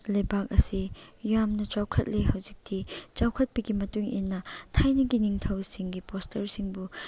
ꯂꯩꯕꯥꯛ ꯑꯁꯤ ꯌꯥꯝꯅ ꯆꯥꯎꯈꯠꯂꯤ ꯍꯧꯖꯤꯛꯇꯤ ꯆꯥꯎꯈꯠꯄꯒꯤ ꯃꯇꯨꯡ ꯏꯟꯅ ꯊꯥꯏꯅꯒꯤ ꯅꯤꯡꯊꯧꯁꯤꯡꯒꯤ ꯄꯣꯁꯇꯔꯁꯤꯡꯕꯨ